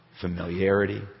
familiarity